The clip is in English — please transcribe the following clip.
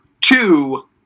two